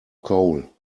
coal